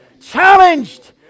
challenged